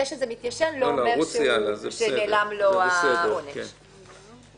זה שמתיישן לו לא אומר שנעלם לו העונש.